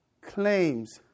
claims